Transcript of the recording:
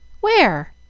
where?